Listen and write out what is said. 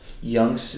young